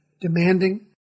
demanding